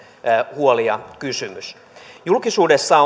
huoli ja kysymys julkisuudessa